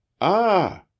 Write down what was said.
Ah